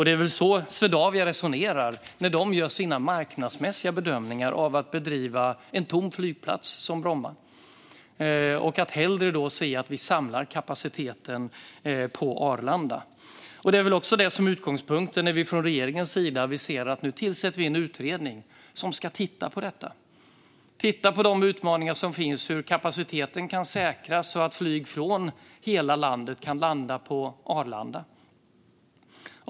Det är väl så Swedavia resonerar när det gör sina marknadsmässiga bedömningar av att bedriva en tom flygplats som Bromma och hellre ser att vi samlar kapaciteten på Arlanda. Det är väl också det som är utgångspunkten när vi från regeringens sida aviserar att vi nu tillsätter en utredning som ska titta på detta. Vi ska titta på de utmaningar som finns, hur kapaciteten kan säkras och att flyg från hela landet kan landa på Arlanda.